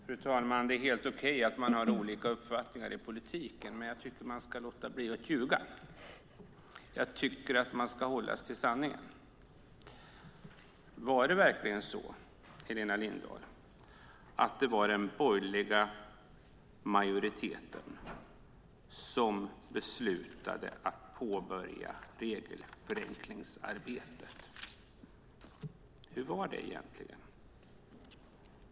Fru talman! Det är helt okej att ha olika uppfattningar i politiken, men man ska låta bli att ljuga. Jag tycker att man ska hålla sig till sanningen. Var det verkligen, Helena Lindahl, den borgerliga majoriteten som beslutade att påbörja regelförenklingsarbetet? Hur var det egentligen?